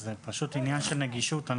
זה פשוט עניין של נגישות.